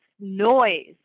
noise